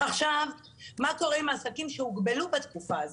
מה קורה עם העסקים שהוגבלו בתקופה הזאת?